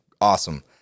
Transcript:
Awesome